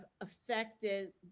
affected